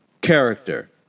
character